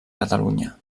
catalunya